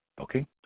Okay